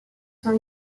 sont